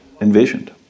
envisioned